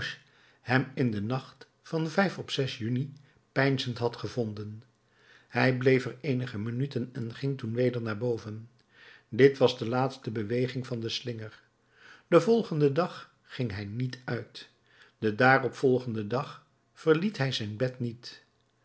hem in den nacht van op juni peinzend had gevonden hij bleef er eenige minuten en ging toen weder naar boven dit was de laatste beweging van den slinger den volgenden dag ging hij niet uit den daarop volgenden dag verliet hij zijn bed niet